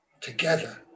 together